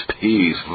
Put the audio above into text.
peace